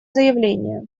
заявления